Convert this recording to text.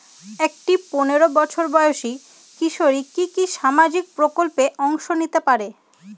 একটি পোনেরো বছর বয়সি কিশোরী কি কি সামাজিক প্রকল্পে অংশ নিতে পারে?